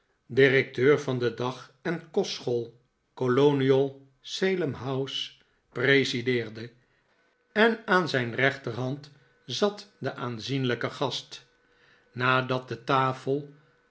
directeur van de dag en kostschool colonial salem house presideerde en aan zijn rechterhand zat de aanzienlijke gast david copper field nadat de tafel